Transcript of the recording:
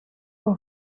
her